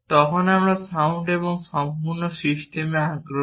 তখন আমরা সাউন্ড এবং সম্পূর্ণ সিস্টেমে আগ্রহী